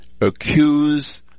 accuse